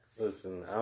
Listen